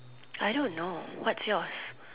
I don't know what's yours